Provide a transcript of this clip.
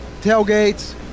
tailgates